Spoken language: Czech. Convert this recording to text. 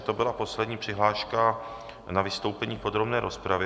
To byla poslední přihláška na vystoupení v podrobné rozpravě.